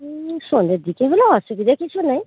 সন্ধ্যের দিকে হলে অসুবিধা কিছু নেই